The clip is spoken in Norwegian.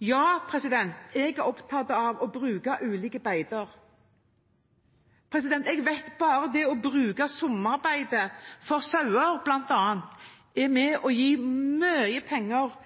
Ja, jeg er opptatt av å bruke ulike beiter. Jeg vet at bare det å bruke sommerbeite for sauer, bl.a., er med på å få mye penger